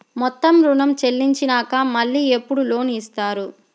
మొత్తం ఋణం చెల్లించినాక మళ్ళీ ఎప్పుడు లోన్ ఇస్తారు?